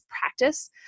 practice